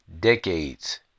decades